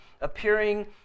appearing